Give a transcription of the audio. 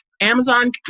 Amazon